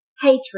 hatred